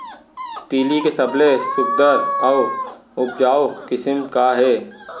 तिलि के सबले सुघ्घर अऊ उपजाऊ किसिम का हे?